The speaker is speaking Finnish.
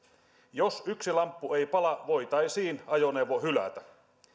jos yksi lamppu ei pala voitaisiin ajoneuvo hylätä